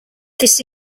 this